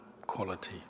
quality